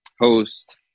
host